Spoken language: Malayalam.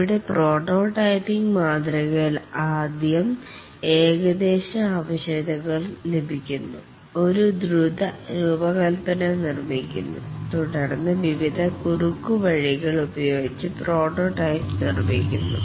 ഇവിടെ പ്രോട്ടോ ടൈപ്പിംഗ് മാതൃകയിൽ ആദ്യം ഏകദേശ ആവശ്യകതകൾ ലഭിക്കുന്നു ഒരു ദ്രുത രൂപകൽപന നിർമ്മിക്കുന്നു തുടർന്ന് വിവിധ കുറുക്കുവഴികൾ ഉപയോഗിച്ച് പ്രോട്ടോടൈപ്പ് നിർമ്മിക്കുന്നു